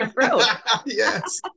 yes